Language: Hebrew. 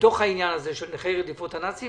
בתוך העניין הזה של נכי רדיפות הנאצים